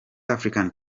african